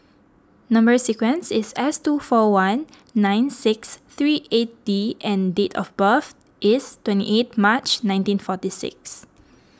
Number Sequence is S two four one nine six three eight D and date of birth is twenty eighth March nineteen forty six